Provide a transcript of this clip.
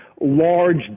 large